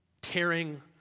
tearing